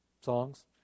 songs